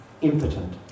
impotent